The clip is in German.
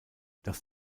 das